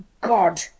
God